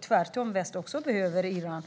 tvärtom behöver väst ha Iran.